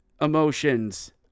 emotions